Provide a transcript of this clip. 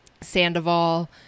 sandoval